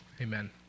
Amen